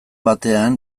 batean